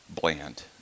bland